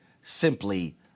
simply